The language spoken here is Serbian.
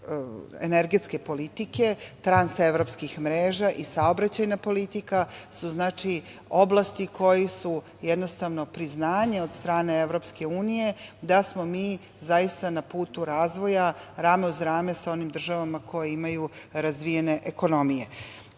energetske politike, transevropskih mreža i saobraćajna politika su, znači, oblasti koje su jednostavno priznanje od strane Evropske unije da smo mi zaista na putu razvoja rame uz rame sa onim državama koje imaju razvijene ekonomije. Sada,